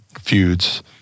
feuds